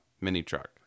mini-truck